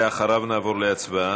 בבקשה, ואחריו נעבור להצבעה.